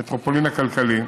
המטרופולין הכלכלי,